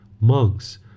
Monks